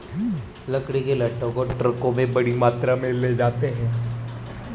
लकड़ी के लट्ठों को ट्रकों में बड़ी मात्रा में ले जाया जाता है